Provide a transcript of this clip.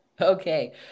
Okay